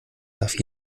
darf